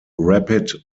rapid